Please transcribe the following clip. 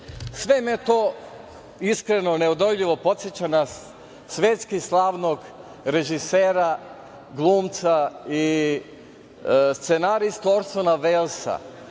Sve me to iskreno, neodoljivo podseća na svetski slavnog režisera, glumca i scenaristu Orsona Velsa